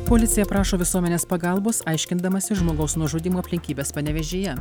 policija prašo visuomenės pagalbos aiškindamasis žmogaus nužudymo aplinkybes panevėžyje